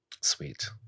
Sweet